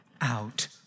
out